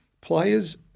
players